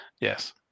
Yes